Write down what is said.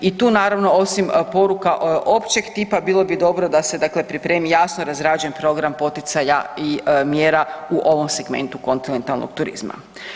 I tu naravno osim poruka općeg tipa bilo bi dobro da se pripremi jasno razrađen program poticaja i mjera u ovom segmentu kontinentalnog turizma.